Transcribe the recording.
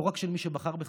לא רק של מי שבחר בך.